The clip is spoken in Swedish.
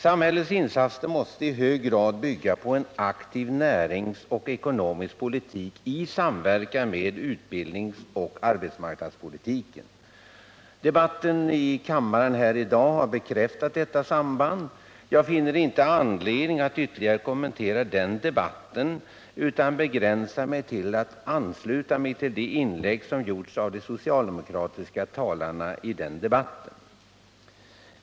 Samhällets insatser måste i hög grad bygga på aktiv näringspolitik och ekonomisk politik i samverkan med utbildningsoch arbetsmarknadspolitiken. Debatten här i kammaren i dag har bekräftat detta samband. Jag finner inte anledning att ytterligare kommentera den debatten, utan begränsar mig till att ansluta mig till de inlägg som gjorts av de socialdemokratiska talarna i debatten.